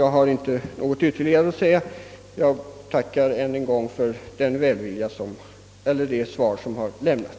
Jag har inte något ytterligare att säga, men ber att än en gång få tacka för svaret.